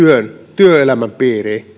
työelämän piiriin